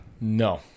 No